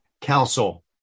council